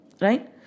Right